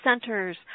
centers